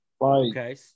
Okay